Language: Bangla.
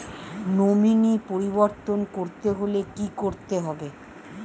নমিনি পরিবর্তন করতে হলে কী করতে হবে?